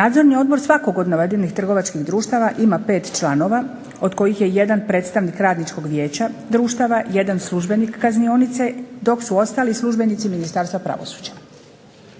Nadzorni odbor svakog od navedenih trgovačkih društava ima 5 članova od kojih je jedan predstavnik Radničkog vijeća društava, jedan službenik kaznionice dok su ostali službenici Ministarstva pravosuđa.